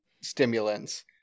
stimulants